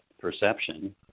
perception